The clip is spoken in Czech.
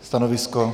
Stanovisko?